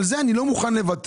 על זה אני לא מוכן לוותר,